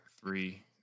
three